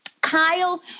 Kyle